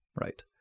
Right